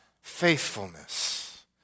faithfulness